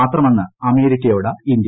മാത്രമെന്ന് അമേരിക്കയോട് ഇന്ത്യ